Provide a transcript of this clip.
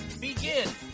begin